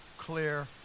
clear